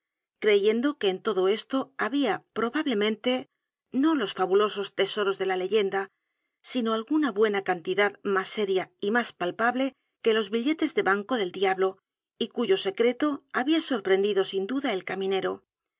creyendo que en todo esto habia probablemente no los fabulosos tesoros de la leyenda sino alguna buena cantidad mas séria y mas palpable que los billetes de banco del diablo y cuyo secreto habia medio sorprendido sin duda el caminero